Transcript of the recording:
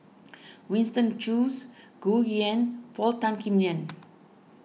Winston Choos Gu Juan Paul Tan Kim Liang